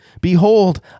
Behold